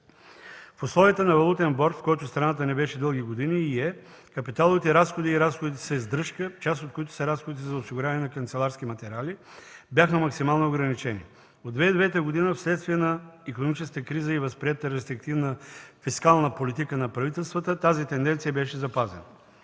В условията на валутен борд, в който страната ни беше дълги години и е, капиталовите разходи и разходите за издръжка, част от които са разходите за осигуряване на канцеларски материали, бяха максимално ограничени. От 2009 г., вследствие на икономическата криза и възприетата рестриктивна фискална политика на правителствата, тази тенденция беше запазена.